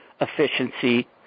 efficiency